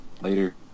Later